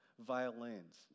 Violins